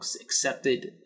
accepted